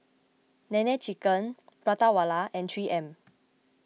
Nene Chicken Prata Wala and three M